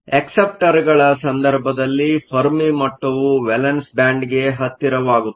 ಅಕ್ಸೆಪ್ಟರ್ಗಳ ಸಂದರ್ಭದಲ್ಲಿ ಫೆರ್ಮಿ ಮಟ್ಟವು ವೇಲೆನ್ಸ್ ಬ್ಯಾಂಡ್ಗೆ ಹತ್ತಿರವಾಗುತ್ತದೆ